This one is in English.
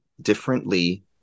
differently